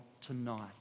tonight